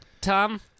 Tom